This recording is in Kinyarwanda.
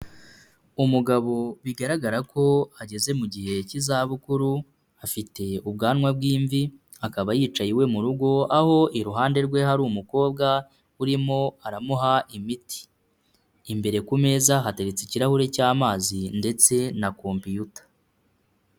Umugabo bigaragara ko ageze mu gihe cy'izabukuru, afite ubwanwa bw'imvi, akaba yicaye iwe mu rugo aho iruhande rwe hari umukobwa urimo aramuha imiti. Imbere ku meza hateretse ikirahuri cy'amazi ndetse na computer.